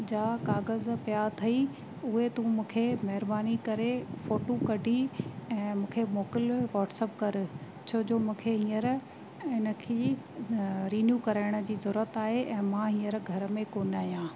जा कागज़ पिया अथई उहे तू मूंखे महिरबानी करे फ़ोटू कढी ऐं मूंखे मोकल वॉट्सअप कर छो जो मूंखे हींअर इनखे रिन्यू कराइण जी ज़रूरत आहे ऐं मां हींअर घर में कोन आहियां